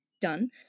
done